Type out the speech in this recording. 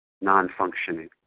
non-functioning